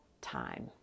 time